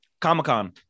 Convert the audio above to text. Comic-Con